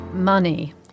money